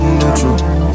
neutral